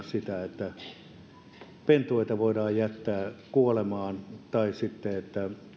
sitä että pentueita voidaan jättää kuolemaan tai sitten että